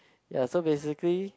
ya so basically